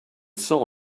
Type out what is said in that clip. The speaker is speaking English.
saw